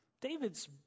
David's